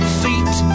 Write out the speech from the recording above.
seat